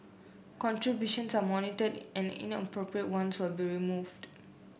contributions are monitored and inappropriate ones will be removed